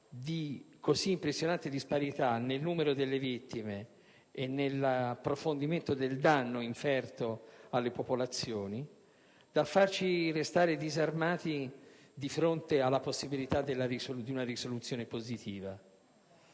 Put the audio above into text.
di così impressionante disparità nel numero delle vittime e nei dati riferiti al danno inferto alle popolazioni, da farci rimanere disarmati di fronte alla possibilità di una risoluzione positiva.